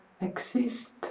exist